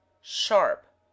sharp